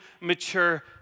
mature